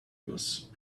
was